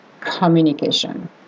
Communication